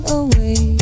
away